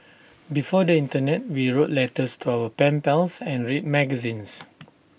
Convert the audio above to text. before the Internet we wrote letters to our pen pals and read magazines